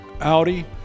Audi